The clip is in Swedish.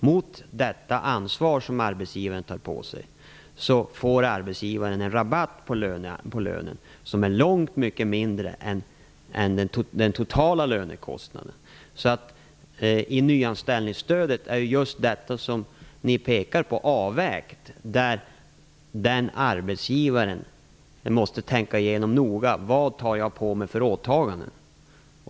Mot detta ansvar som arbetsgivaren tar på sig får arbetsgivaren en rabatt på lönen som är långt mycket mindre än den totala lönekostnaden. I nyanställningsstödet är just det som ni pekar på avvägt. Arbetsgivaren måste tänka igenom noga och fråga sig: Vad tar jag på mig för åtaganden?